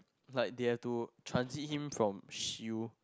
like they have to transit him from shield